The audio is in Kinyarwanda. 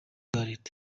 ibirwa